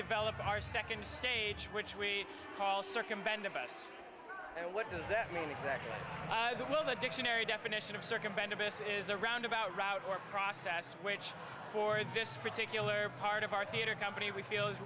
develop our second stage which we call all circumvented us and what does that mean exactly the will the dictionary definition of circumventing this is a roundabout route or process which for this particular part of our theater company we feel is